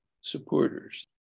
supporters